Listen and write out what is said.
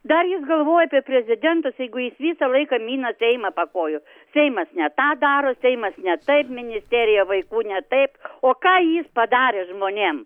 dar jis galvoja apie prezidentus jeigu jis visą laiką mina seimą po kojų seimas ne tą daro seimas ne taip ministerija vaikų ne taip o ką jis padarė žmonėm